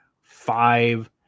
five